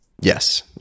Yes